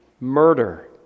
murder